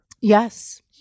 Yes